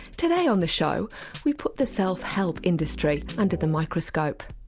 today on the show we put the self-help industry under the microscope.